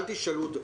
אל תשאלו אותו.